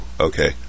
Okay